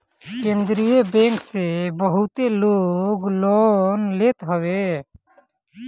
केंद्रीय बैंक से बहुते लोग लोन लेत हवे